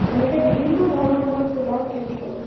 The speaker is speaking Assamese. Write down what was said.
তেনেকৈ বিভিন্ন ধৰণৰ মই ফুলৰ খেতি কৰোঁ